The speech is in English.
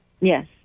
Yes